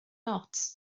not